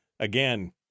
again